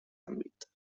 àmbit